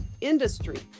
industry